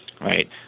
right